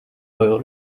oil